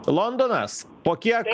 londonas po kiek